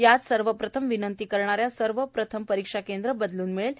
यात सर्वप्रथम विनंती करणाऱ्या सर्व प्रथम परीक्षा केंद्र बदलून मिळेल